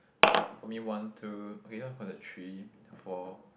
for me one two okay this one considered three four